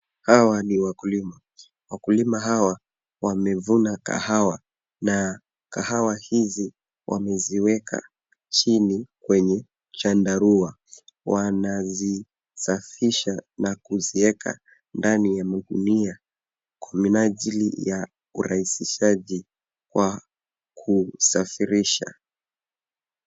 Hawa ni wakulima, wakulima hawa wamevuna kahawa na kahawa hizi wameziweka chini kwenye chandarua. Wanazisafisha na kuziweka ndani ya gunia kwa minajili ya urahisishaji wa kusafirisha.